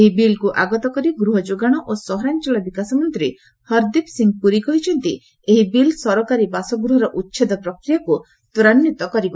ଏହି ବିଲ୍କୁ ଆଗତ କରି ଗୃହଯୋଗାଣ ଓ ସହରାଞ୍ଚଳ ବିକାଶ ମନ୍ତ୍ରୀ ହରଦୀପ୍ ସିଂ ପୁରି କହିଛନ୍ତି ଏହି ବିଲ୍ ସରକାରୀ ବାସଗୃହର ଉଚ୍ଛେଦ ପ୍ରକ୍ରିୟାକୁ ତ୍ୱରାନ୍ୱିତ କରିବ